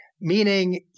meaning